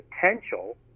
potential